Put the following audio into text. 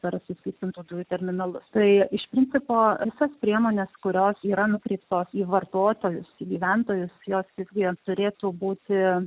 per suskystintų dujų terminalus tai iš principo visas priemonės kurios yra nukreiptos į vartotojus į gyventojus jos visgi turėtų būti